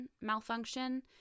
malfunction